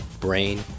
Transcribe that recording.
Brain